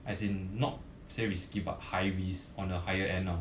as in not say risky but high risk on a higher end lah